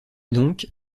donc